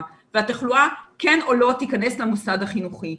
והתחלואה כן או לא תיכנס למוסד החינוכי.